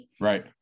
Right